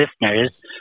listeners